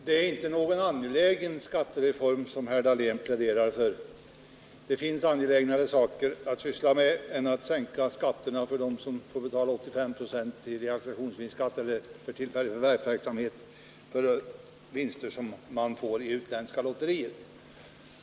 Herr talman! Det är inte någon angelägen skattereform herr Dahlén pläderar för. Det finns mer angelägna frågor att syssla med än att sänka 103 skatterna för dem som får betala 85 96 i skatt för tillfällig förvärvsverksamhet eller för vinster man får i utländska lotterier.